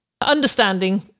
Understanding